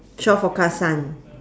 shore forecast sun